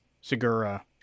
Segura